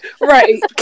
right